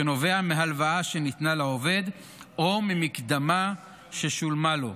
שנובע מהלוואה שניתנה לעובד או ממקדמה ששולמה לו.